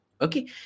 Okay